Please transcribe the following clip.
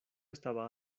estaba